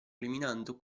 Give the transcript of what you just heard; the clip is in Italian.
eliminando